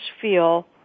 feel